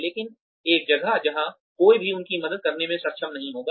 लेकिन एक जगह जहां कोई भी उनकी मदद करने में सक्षम नहीं होगा